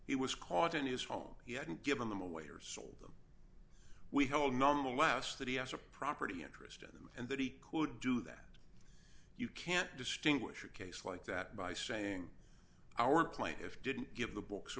he was caught in his home he hadn't given them away or sold them we whole normal laughs that he has a property interest in them and that he could do that you can't distinguish a case like that by saying our plan if didn't give the books a